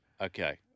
Okay